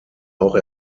auch